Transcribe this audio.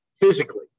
physically